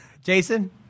Jason